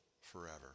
forever